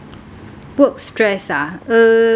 work stress ah uh